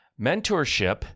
Mentorship